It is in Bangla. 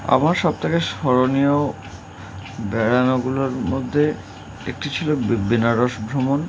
আমার সবথেকে স্মরণীয় বেড়ানোগুলোর মধ্যে একটি ছিল বেনারস ভ্রমণ